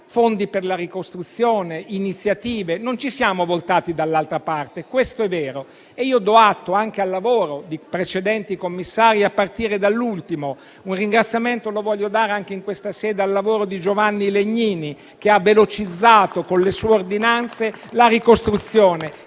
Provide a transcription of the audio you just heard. fondi per la ricostruzione e altre iniziative. Non ci siamo voltati dall'altra parte, e questo è vero. E io do atto anche al lavoro dei precedenti commissari, a partire dall'ultimo. Un ringraziamento voglio rivolgere anche in questa sede a Giovanni Legnini, che ha velocizzato con le sue ordinanze la ricostruzione